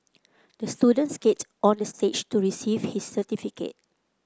the student skated onto stage to receive his certificate